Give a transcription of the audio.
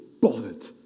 bothered